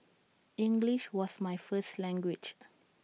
English was my first language